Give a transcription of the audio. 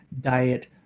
diet